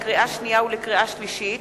לקריאה שנייה ולקריאה שלישית,